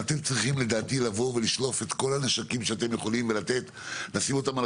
אתם צריכים לשלוף את כל הנשקים שאתם יכולים ולשים אותם על